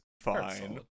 fine